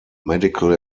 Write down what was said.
medical